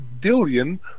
billion